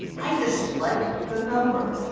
i dislike the number.